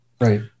Right